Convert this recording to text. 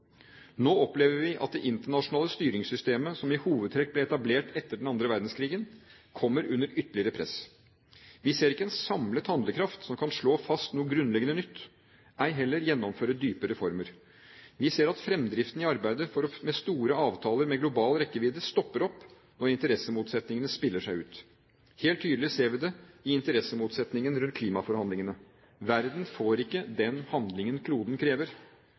Nå opplever vi at det internasjonale styringssystemet, som i hovedtrekk ble etablert etter annen verdenskrig, kommer under ytterligere press. Vi ser ikke en samlet handlekraft som kan slå fast noe grunnleggende nytt, ei heller gjennomføre dypere reformer. Vi ser at fremdriften i arbeidet med store avtaler med global rekkevidde stopper opp når interessemotsetningene spiller seg ut. Helt tydelig ser vi det i interessemotsetningene rundt klimaforhandlingene. Verden får ikke den handlingen kloden krever.